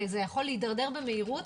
וזה יכול להידרדר במהירות.